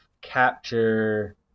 capture